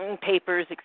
papers